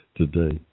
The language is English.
today